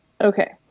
Okay